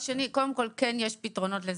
קודם כל, בחו"ל כן יש לזה פתרונות.